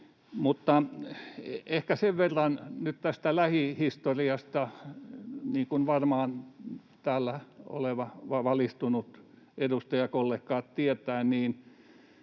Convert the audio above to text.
Ehkä sen verran nyt tästä lähihistoriasta, että, niin kuin varmaan täällä oleva valistunut edustajakollega tietää,